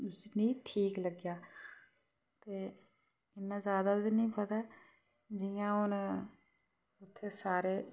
उसी ठीक लग्गेआ ते इन्ना ज्यादा बी नी पता जियां हून उत्थे सारे